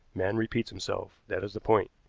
man repeats himself, that is the point.